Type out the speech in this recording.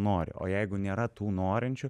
nori o jeigu nėra tų norinčių